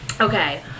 okay